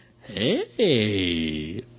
Hey